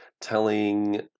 telling